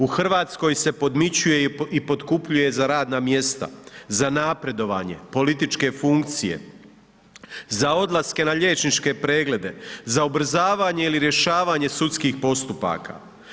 U Hrvatskoj se podmićuje i potkupljuje za radna mjesta, za napredovanje, za političke funkcije, za odlaske na liječničke preglede, za ubrzavanje ili rješavanje sudskih postupaka.